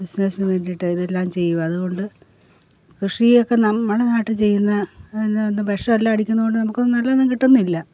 ബിസ്നെസ്സിന് വേണ്ടിയിട്ട് ഇതെല്ലാം ചെയ്യുക അതുകൊണ്ട് കൃഷി ഒക്കെ നമ്മളെ നാട്ടില് ചെയ്യുന്നത് പിന്നെ ഇന്ന് വിഷം എല്ലാം അടിക്കുന്നതുകൊണ്ട് നമുക്ക് നല്ലതൊന്നും കിട്ടുന്നില്ല